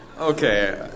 Okay